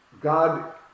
God